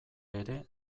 ere